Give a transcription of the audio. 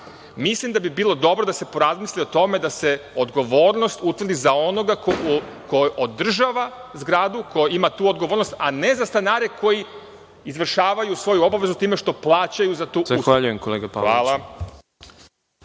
Mislim da bi bilo dobro da se porazmisli o tome da se odgovornost utvrdi za onoga ko održava zgradu, ko ima tu odgovornost, a ne za stanare koji izvršavaju svoju obavezu time što plaćaju za tu uslugu. Hvala.